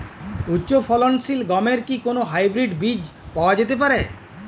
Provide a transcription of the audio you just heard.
উচ্চ ফলনশীল গমের কি কোন হাইব্রীড বীজ পাওয়া যেতে পারে?